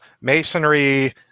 masonry